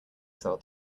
sell